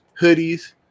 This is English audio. hoodies